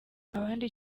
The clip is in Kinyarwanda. abandi